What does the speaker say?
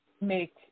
make